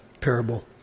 parable